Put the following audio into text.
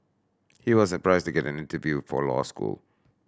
he was surprised get an interview for law school